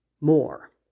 more